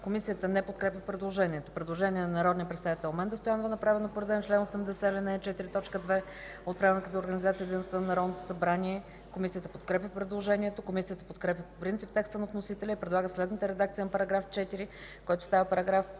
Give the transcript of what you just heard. Комисията не подкрепя предложението. Предложение на народния представител Менда Стоянова, направено по реда на чл. 80, ал. 4, т. 2 от Правилника за организацията и дейността на Народното събрание. Комисията подкрепя предложението. Комисията подкрепя по принцип текста на вносителя и предлага следната редакция на § 4, който става § 5: „§ 5.